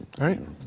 right